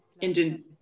Indian